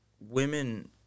women